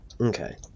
okay